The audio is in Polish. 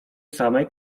samej